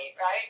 right